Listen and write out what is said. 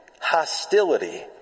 hostility